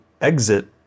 exit